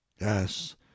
yes